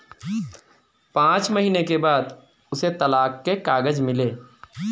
पांच महीने के बाद उसे तलाक के कागज मिले